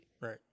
Right